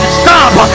stop